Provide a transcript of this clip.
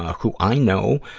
who i know,